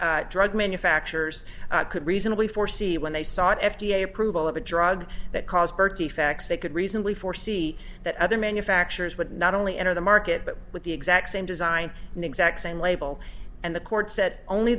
the drug manufacturers could reasonably foresee when they sought f d a approval of a drug that cause birth defects they could reasonably foresee that other manufacturers would not only enter the market but with the exact same design and exact same label and the court said only